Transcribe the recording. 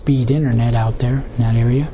speed internet out there that area